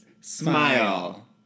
Smile